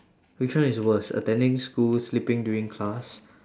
which one is worse attending school sleeping during class